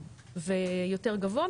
ויותר גבוה,